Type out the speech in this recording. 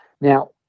Now